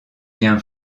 bien